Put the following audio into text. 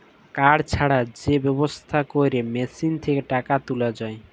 card ছাড়া যে ব্যবস্থা ক্যরে মেশিল থ্যাকে টাকা তুলা যায়